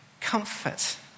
comfort